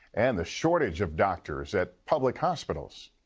and the shortage of doctors at public hospitals